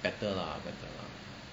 better lah better lah